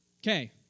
Okay